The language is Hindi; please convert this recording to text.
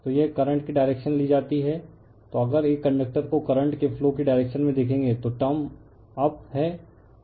तो यह करंट की डायरेक्शन ली जाती है तो अगर एक कंडक्टर को करंट के फ्लो की डायरेक्शन में देखेंगे तो टर्म अप है